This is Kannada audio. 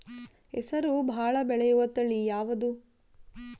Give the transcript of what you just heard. ಹೆಸರು ಭಾಳ ಬೆಳೆಯುವತಳಿ ಯಾವದು?